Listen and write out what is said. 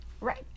right